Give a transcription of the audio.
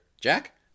Jack